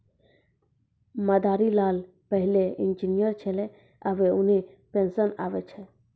मदारी लाल पहिलै इंजीनियर छेलै आबे उन्हीं पेंशन पावै छै